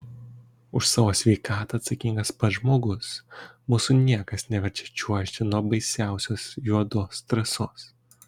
už savo sveikatą atsakingas pats žmogus mūsų niekas neverčia čiuožti nuo baisiausios juodos trasos